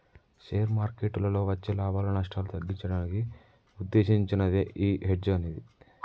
share మార్కెట్టులో వచ్చే లాభాలు, నష్టాలను తగ్గించడానికి వుద్దేశించినదే యీ హెడ్జ్ అనేది